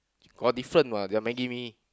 got different what their maggi-mee